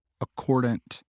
accordant